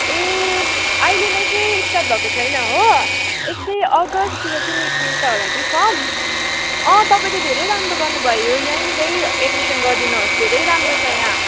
ए अहिले नै चाहिँ स्टार्ट भएको छैन हो यस्तै अगस्टतिर चाहिँ निक्लिन्छ होला कि फर्म तपाईँले धेरै राम्रो गर्नुभयो यहीँनिरै एडमिसन गरिदिनुहोस् धेरै राम्रो छ यहाँ